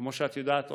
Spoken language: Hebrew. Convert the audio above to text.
כמו שאת יודעת,